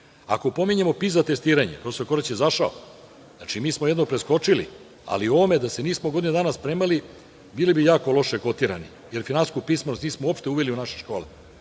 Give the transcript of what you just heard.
pominjemo PISA testiranja, profesor Korać je izašao, mi smo jedno preskočili, ali o ovome da se nismo godinu dana spremali, bili bi jako loše kotirani, jer finansijsku pismenost nismo uopšte uveli u naše škole,